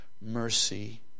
mercy